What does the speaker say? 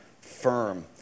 firm